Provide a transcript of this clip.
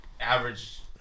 Average